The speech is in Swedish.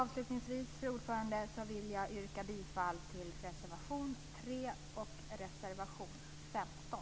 Avslutningsvis vill jag yrka bifall till reservation 3 och reservation 15.